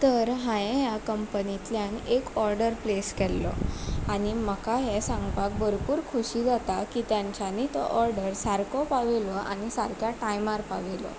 तर हांयें ह्या कंपनींतल्यान एक ऑर्डर प्लेस केल्लो आनी म्हाका हें सांगपाक भरपूर खुशी जाता की तेंच्यानी तो ऑर्डर सारको पावयलो आनी सारक्या टायमार पावयलो